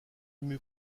mue